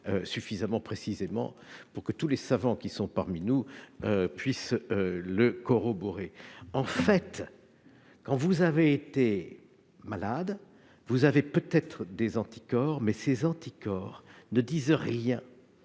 suffisamment précisément, et tous les savants qui sont parmi nous pourront ensuite le corroborer. En réalité, quand vous avez été malade, vous pouvez avoir des anticorps, mais ces anticorps ne disent rien